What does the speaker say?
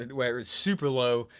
and where it's super low,